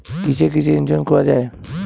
কিসের কিসের ইন্সুরেন্স করা যায়?